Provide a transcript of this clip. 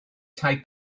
tai